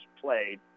played